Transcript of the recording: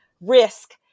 risk